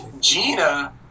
Gina